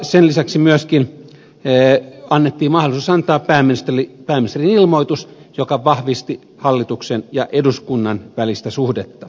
sen lisäksi myöskin annettiin mahdollisuus antaa pääministerin ilmoitus mikä vahvisti hallituksen ja eduskunnan välistä suhdetta